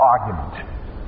argument